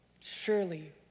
surely